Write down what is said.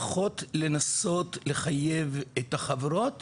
לפחות לנסות לחייב את החברות